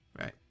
right